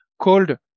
called